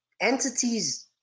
entities